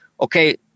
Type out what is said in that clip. okay